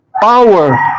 power